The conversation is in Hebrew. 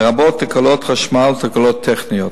לרבות תקלות חשמל ותקלות טכניות.